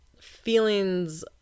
feelings